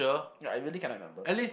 no I really cannot remember